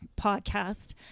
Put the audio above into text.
podcast